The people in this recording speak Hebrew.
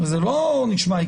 זה לא נשמע הגיוני.